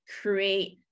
create